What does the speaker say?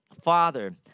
father